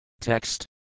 Text